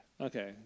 Okay